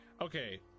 okay